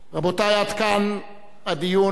רבותי, עד כאן הדיון להיום.